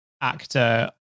actor